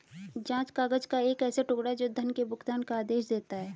जाँच काग़ज़ का एक ऐसा टुकड़ा, जो धन के भुगतान का आदेश देता है